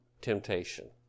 temptation